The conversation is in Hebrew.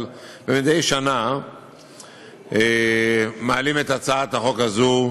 מדי שנה מעלים את הצעת החוק הזו,